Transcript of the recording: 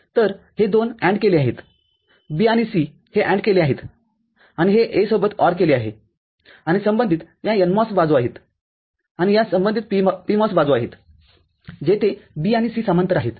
तरहे २ AND केले आहेत B आणि C हे AND केले आहेतआणि हे A सोबत OR केले आहे आणि संबंधित या NMOS बाजू आहेतआणि या संबंधित PMOS बाजू आहेत जेथे B आणि C समांतर आहेत